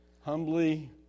humbly